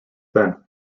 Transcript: then